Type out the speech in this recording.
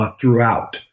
throughout